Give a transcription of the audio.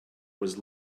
was